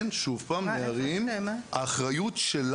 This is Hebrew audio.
האחריות שלי